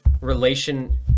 relation